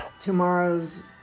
tomorrow's